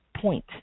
point